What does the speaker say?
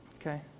okay